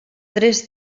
tres